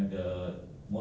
mm